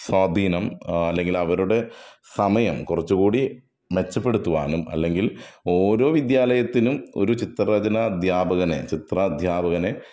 സ്വാധീനം അല്ലെങ്കിൽ അവരുടെ സമയം കുറച്ച് കൂടി മെച്ചപ്പെടുത്തുവാനും അല്ലെങ്കിൽ ഓരോ വിദ്യാലയത്തിലും ഒരു ചിത്രരചനദ്ധ്യാപകനെ ചിത്ര അദ്ധ്യാപകനെ